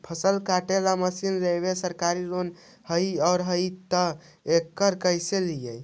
फसल काटे के मशीन लेबेला सरकारी लोन हई और हई त एकरा कैसे लियै?